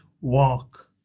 walk